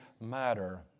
matter